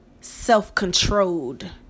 self-controlled